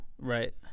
Right